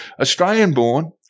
Australian-born